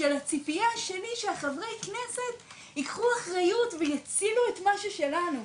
של הציפייה שלי שחברי הכנסת ייקחו אחריות ויצילו את מה ששלנו,